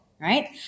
right